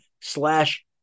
slash